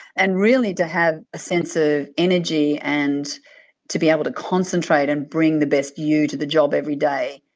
and really to have a sense of energy and to be able to concentrate and bring the best you to the job every day,